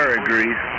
agrees